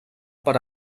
per